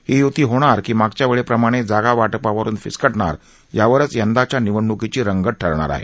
ही यूती होणार की मागच्या वेळेप्रमाणे जागा वाटपावरुन फिस्कटणारं यावरच यंदाच्या निवडणुकीची रंगत ठरणार आहे